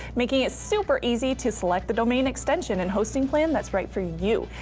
making it super easy to select the domain extension and hosting plan that's right for you.